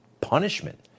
punishment